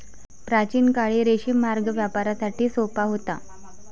प्राचीन काळी रेशीम मार्ग व्यापारासाठी सोपा होता